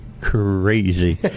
crazy